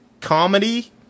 comedy